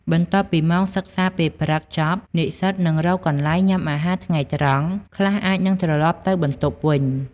បន្ទាប់ពីម៉ោងសិក្សាពេលព្រឹកចប់ និស្សិតនឹងរកកន្លែងញ៉ាំអាហារថ្ងៃត្រង់ ខ្លះអាចនិងត្រឡប់ទៅបន្ទប់វិញ ។